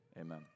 Amen